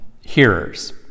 hearers